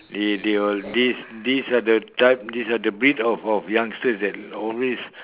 they they will this this are type this are the breed of of youngsters that always